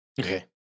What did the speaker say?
Okay